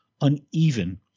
uneven